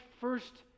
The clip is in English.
first